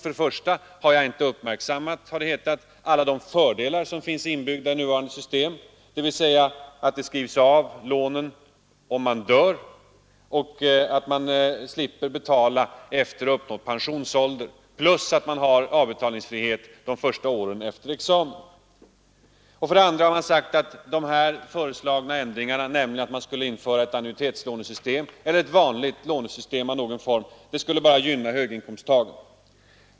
För det första har jag inte uppmärksammat, har det hetat, alla de fördelar som finns inbyggda i nuvarande system — dvs. att lånen skrivs av om låntagaren dör, att låntagaren slipper betala efter uppnådd pensionsålder samt att lånen är avbetalningsfria under de första åren efter examen. För det andra har man sagt att de föreslagna ändringarna — att det skulle införas ett annuitetslånesystem eller något annat normalt lånesystem — bara skulle gynna höginkomsttagarna.